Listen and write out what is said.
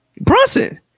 Brunson